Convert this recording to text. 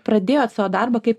pradėjot savo darbą kaip